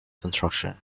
construction